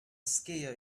skier